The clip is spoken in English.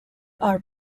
are